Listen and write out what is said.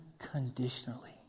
unconditionally